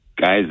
guys